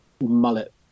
mullet